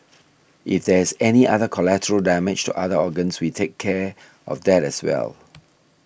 if there is any other collateral damage to other organs we take care of that as well